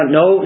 no